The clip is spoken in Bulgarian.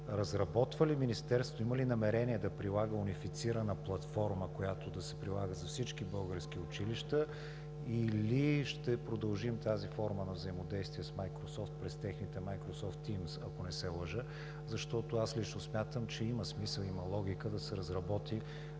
разработва ли Министерството унифицирана платформа, която да се прилага за всички български училища, или ще продължим тази форма на взаимодействие с Майкрософт през техните Майкрософт Тиймс, ако не се лъжа? Защото аз лично смятам, че има смисъл, има логика да се разработи